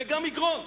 וגם מגרון.